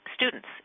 students